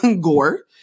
gore